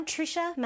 Trisha